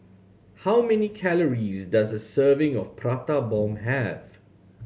how many calories does a serving of Prata Bomb have